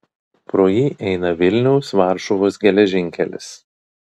pro jį eina vilniaus varšuvos geležinkelis